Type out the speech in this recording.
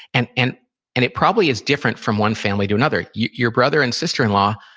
and and and it probably is different from one family to another. your brother and sister-in-law,